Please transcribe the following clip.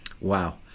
Wow